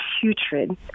putrid